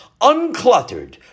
uncluttered